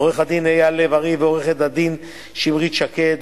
עו"ד אייל לב-ארי ועו"ד שמרית שקד,